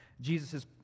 Jesus